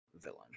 villain